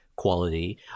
quality